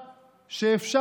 אין פה שום קסם שאפשר